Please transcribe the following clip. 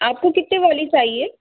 आपको कितने वाली चाहिए